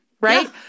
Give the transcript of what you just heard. Right